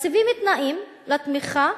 מציבים תנאים לתמיכה,